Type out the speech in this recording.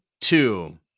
two